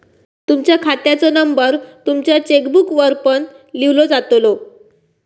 तुमच्या खात्याचो नंबर तुमच्या चेकबुकवर पण लिव्हलो जातलो